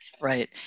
right